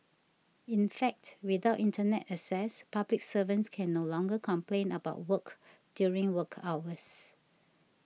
in fact without Internet access public servants can no longer complain about work during work hours